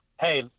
hey